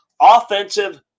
offensive